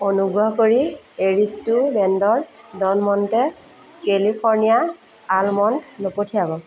অনুগ্ৰহ কৰি এৰিষ্টো ব্ৰেণ্ডৰ ড'ন মণ্টে কেলিফৰ্ণিয়া আলমণ্ড নপঠিয়াব